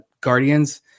Guardians